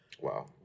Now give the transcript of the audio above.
Wow